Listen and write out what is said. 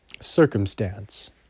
...circumstance